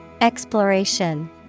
Exploration